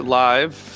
live